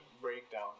breakdown